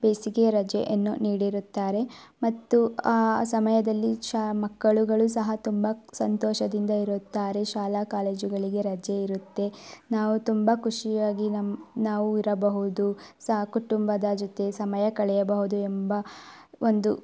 ಬೇಸಿಗೆ ರಜೆಯನ್ನು ನೀಡಿರುತ್ತಾರೆ ಮತ್ತು ಆ ಸಮಯದಲ್ಲಿ ಶಾ ಮಕ್ಕಳುಗಳು ಸಹ ತುಂಬಾ ಸಂತೋಷದಿಂದ ಇರುತ್ತಾರೆ ಶಾಲಾ ಕಾಲೇಜುಗಳಿಗೆ ರಜೆ ಇರುತ್ತೆ ನಾವು ತುಂಬಾ ಖುಷಿಯಾಗಿ ನಮ್ಮ ನಾವು ಇರಬಹುದು ಸಹ ಕುಟುಂಬದ ಜೊತೆ ಸಮಯ ಕಳೆಯಬಹುದು ಎಂಬ ಒಂದು